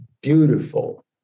beautiful